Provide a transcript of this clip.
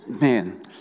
man